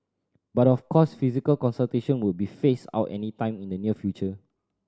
but of course physical consultation won't be phased out anytime in the near future